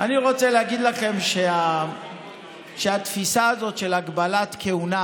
אני רוצה להגיד לכם שהתפיסה הזאת של הגבלת כהונה